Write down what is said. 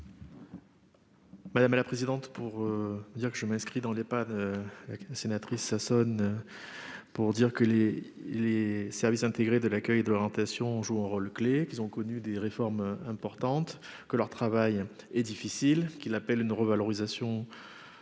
Madame la présidente, pour dire que je m'inscris dans les pas de la sénatrice ça sonne pour dire que les les services intégrés de l'accueil de l'orientation, joue un rôle clé qui ont connu des réformes importantes que leur travail est difficile qu'il appelle une revalorisation, cela peut